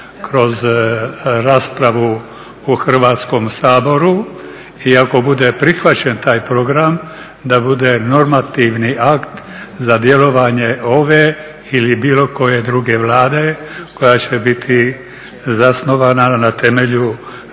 kroz raspravu u Hrvatskom saboru i ako bude prihvaćen taj program da bude normativni akt za djelovanje ove ili bilo koje druge Vlade koja će biti zasnovana na temelju